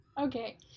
Okay